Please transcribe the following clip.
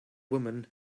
woman